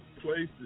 places